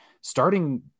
starting